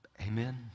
Amen